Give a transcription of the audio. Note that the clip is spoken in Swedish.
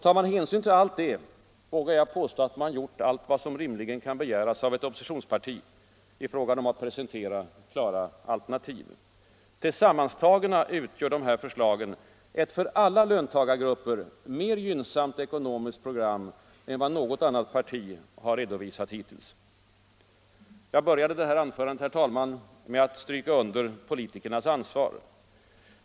Tar man hänsyn till allt detta vågar jag påstå att vi gjort vad man rimligen kan kräva av ett oppositionsparti i fråga om att presentera klara alternativ. Tillsammantagna utgör våra förslag ett för alla löntagargrupper mer gynnsamt ekonomiskt program än vad något annat parti hittills har redovisat. Jag började mitt anförande med att stryka under politikernas ansvar.